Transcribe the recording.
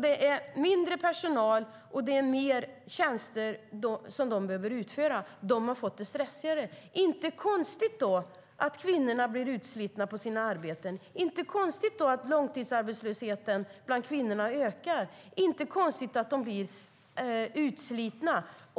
Det är mindre personal, och det är mer tjänster som den behöver utföra. Den har fått det stressigare. Det är inte konstigt att kvinnorna blir utslitna på sina arbeten. Det är inte konstigt att långtidsarbetslösheten bland kvinnorna ökar.